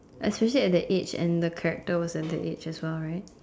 especially at that age and the character was at that age as well right